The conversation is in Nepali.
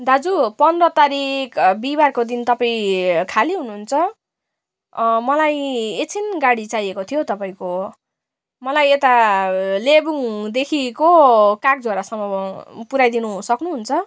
दाजु पन्ध्र तारिक बिहीवारको दिन तपाईँ खाली हुनु हुन्छ मलाई एकछिन गाडी चाहिएको थियो तपाईँको मलाई यता लेबोङदेखिको काग झोडासम्म पुर्याइदिनु सक्नु हुन्छ